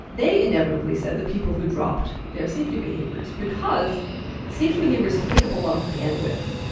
they inevitably said the people who dropped their safety behaviors. because safety behaviors take up a lot of bandwidth.